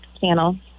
channel